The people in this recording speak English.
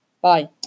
Bye